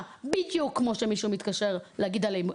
בדיוק כמו שמישהו מתקשר להגיד על אלימות.